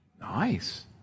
nice